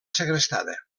segrestada